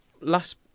last